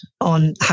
on